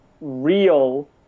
real